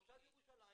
תושב ירושלים,